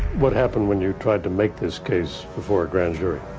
what happened when you tried to make this case before a grand jury?